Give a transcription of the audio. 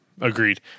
agreed